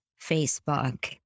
Facebook